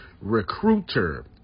recruiter